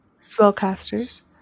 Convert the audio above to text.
spellcasters